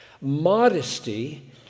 Modesty